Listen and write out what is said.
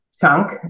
chunk